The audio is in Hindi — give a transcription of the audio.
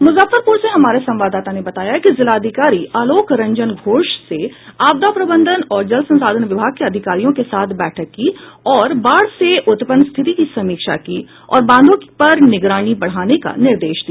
मुजफ्फरपुर से हमारे संवाददाता ने बताया है कि जिलाधिकारी आलोक रंजन घोष से आपदा प्रबंधन और जल संसाधन विभाग के अधिकारियों के साथ बैठक की और बाढ़ से उत्पन्न स्थिति की समीक्षा की और बांधों पर निगरानी बढ़ाने का निर्देश दिया